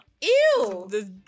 Ew